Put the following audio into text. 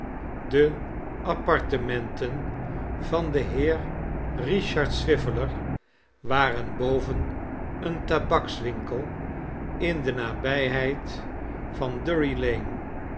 de apartementen van den heer richard swiveller waren boven een tabakswinkel in de nabijheid van